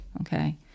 okay